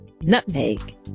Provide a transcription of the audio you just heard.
nutmeg